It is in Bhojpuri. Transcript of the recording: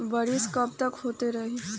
बरिस कबतक होते रही?